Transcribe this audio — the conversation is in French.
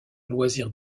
loisirs